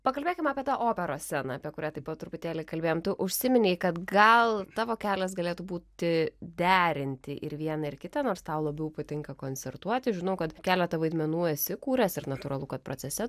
pakalbėkim apie tą operos sceną apie kurią taip pat truputėlį kalbėjom tu užsiminei kad gal tavo kelias galėtų būti derinti ir viena ir kita nors tau labiau patinka koncertuoti žinau kad keletą vaidmenų esi kūręs ir natūralu kad procese